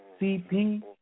CP